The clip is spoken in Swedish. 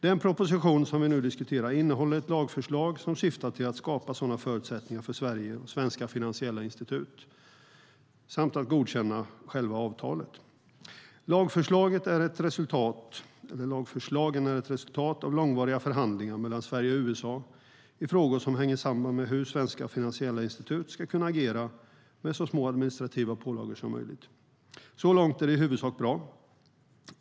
Den proposition som vi nu diskuterar innehåller ett lagförslag som syftar till att skapa sådana förutsättningar för Sverige och svenska finansiella institut samt att godkänna själva avtalet. Lagförslaget är ett resultat av långvariga förhandlingar mellan Sverige och USA i frågor som hänger samman med hur svenska finansiella institut ska kunna agera med så små administrativa pålagor som möjligt. Så långt är det i huvudsak bra.